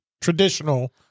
traditional